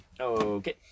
Okay